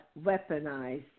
weaponized